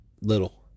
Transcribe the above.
little